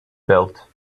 built